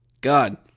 God